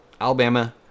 Alabama